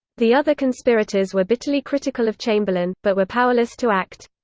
the other conspirators were bitterly critical of chamberlain, but were powerless to act.